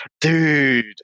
dude